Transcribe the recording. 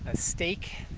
ah steak,